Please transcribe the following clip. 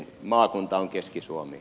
maakunta on keski suomi